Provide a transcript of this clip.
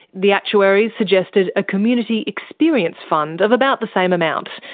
the actuaries suggested a community experience fund of about the same amount,